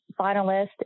finalist